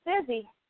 busy